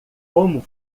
como